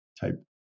type